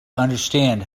understand